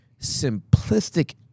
simplistic